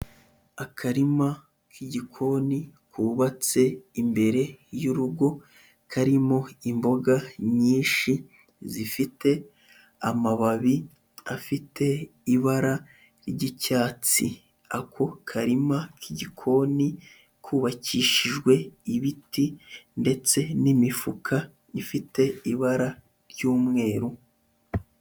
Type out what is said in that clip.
Akarima k'igikoni kubatse imbere y'urugo karimo imboga nyinshi zifite amababi afite ibara ry'icyatsi. Ako karima k'igikoni kubakishijwe ibiti ndetse n'imifuka ifite ibara ry'umweru.